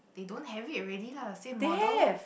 they don't have it already lah same model